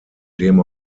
dem